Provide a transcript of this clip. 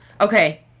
Okay